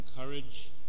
Encourage